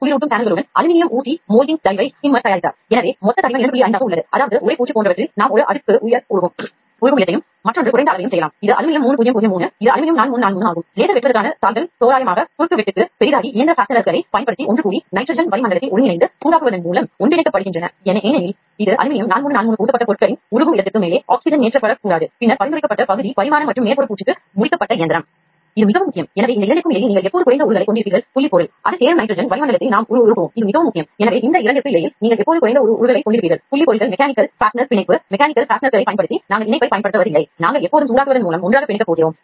உயிரியக்கவியல் என்றால் இயற்கையானவற்றுடன் பொருந்தும்படி நாம் செயற்கையாக பொருளை மறுவடிவமைப்பதாகும்